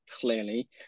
clearly